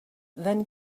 then